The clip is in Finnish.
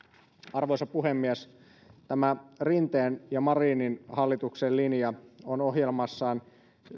arvoisa puhemies tämä rinteen ja marinin hallituksen linja on ohjelmassaan